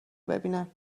ببینن